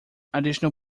additional